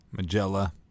Magella